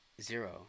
Zero